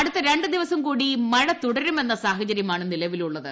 അടുത്ത രണ്ടു ദിവസം കൂടി മഴ തുടരുമെന്ന സാഹചര്യമാണ് നിലവിലുള്ളത്